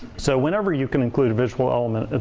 so whenever you can include a visual element,